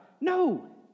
No